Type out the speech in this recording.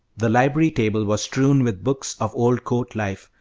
the library-table was strewn with books of old court life,